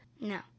No